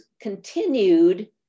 continued